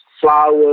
flowers